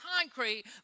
concrete